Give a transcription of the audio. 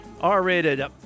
R-rated